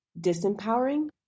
Disempowering